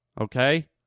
okay